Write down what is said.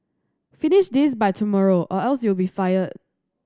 finish this by tomorrow or else you'll be fired